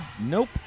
Nope